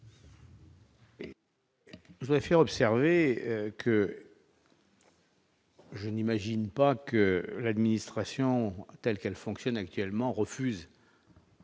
Je voudrais faire observer que. Je n'imagine pas que l'administration telle qu'elle fonctionne actuellement refuse.